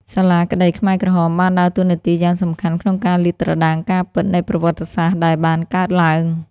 សាលាក្ដីខ្មែរក្រហមបានដើរតួនាទីយ៉ាងសំខាន់ក្នុងការលាតត្រដាងការពិតនៃប្រវត្តិសាស្ត្រដែលបានកើតឡើង។